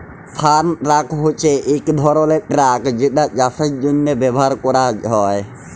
farm truck হছে ইক ধরলের ট্রাক যেটা চাষের জ্যনহে ব্যাভার ক্যরা হ্যয়